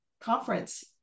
conference